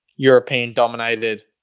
European-dominated